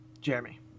Jeremy